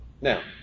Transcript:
Now